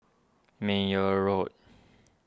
Meyer Road